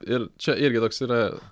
ir čia irgi toks yra